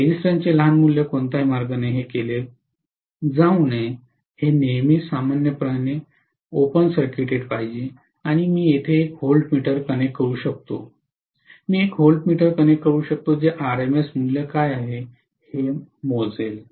resistance चे लहान मूल्य कोणताही मार्ग नाही हे केले जाऊ नये हे नेहमीच सामान्यपणे सामान्यपणे ओपन सर्किटेड पाहिजे आणि मी येथे एक व्होल्टमीटर कनेक्ट करू शकतो मी एक व्होल्टमीटर कनेक्ट करू शकतो जे आरएमएस मूल्य काय आहे हे मोजेल